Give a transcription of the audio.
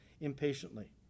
impatiently